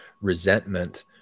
resentment